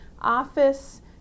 office